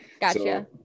Gotcha